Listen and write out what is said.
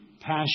passion